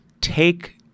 take